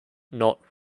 not